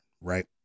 right